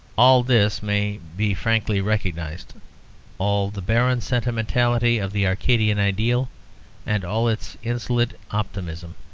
all this may be frankly recognised all the barren sentimentality of the arcadian ideal and all its insolent optimism.